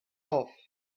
off